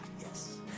Yes